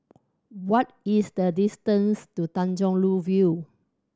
what is the distance to Tanjong Rhu View